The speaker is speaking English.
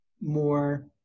more